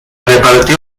repartió